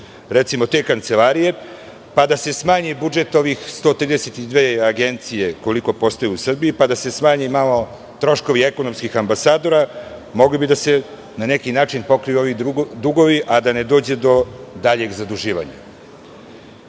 budžet te kancelarije, pa da se smanji budžet ovih 132 agencije, koliko ih postoji u Srbiji, pa da se smanje malo troškovi ekonomskih ambasadora, mogli bi da se na neki način pokriju ovi dugovi, a da ne dođe do daljeg zaduživanja. Podsetiću